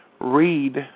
read